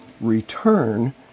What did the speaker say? return